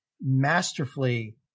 masterfully